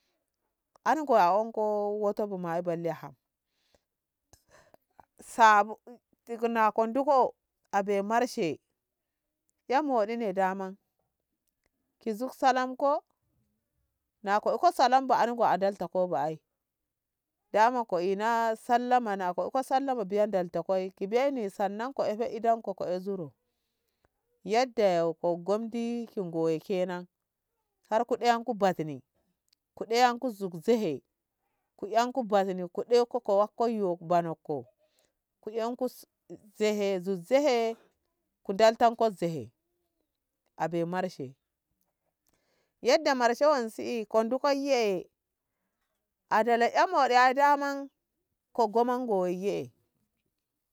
An ngoi a onko wo'oto bu ma balle ham sabu- tik nakon nduko a be marshe em moɗe ne daman ki zug salamko ko na ko iko salambu an go a talta kobu ai daman ko ena sallama na ko iko sallama biya ndal koi ki biye sannan ko ife idanko ko e zuru yadda ki ngomti ki goyo kenan karku ɗayanku battini ku ɗayanku zugzehe ko enku bazzi ko ɗeko kowakko yo ba nokko ko yan su zehe zuhe zugzehe ku ndaltan ko zehe abe marshe yadda marshe wan si e kon ndu kon yee eh a ndala'en moɗi ai daman ko goma go yee eh.